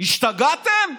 השתגעתם?